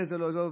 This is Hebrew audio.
זה לא עזר,